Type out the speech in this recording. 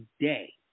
day